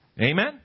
Amen